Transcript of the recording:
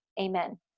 Amen